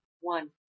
one